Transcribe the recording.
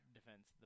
Defense